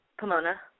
Pomona